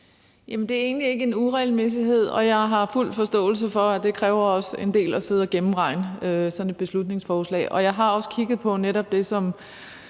det er egentlig ikke en uregelmæssighed, og jeg har fuld forståelse for, at det også kræver en del at sidde og gennemregne sådan et beslutningsforslag. Jeg har også kigget på netop det, som